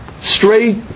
straight